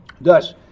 Thus